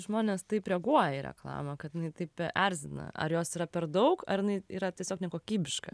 žmonės taip reaguoja į reklamą kad jinai taip erzina ar jos yra per daug ar jinai yra tiesiog nekokybiška